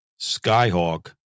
Skyhawk